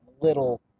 little